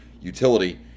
utility